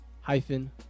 hyphen